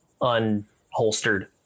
unholstered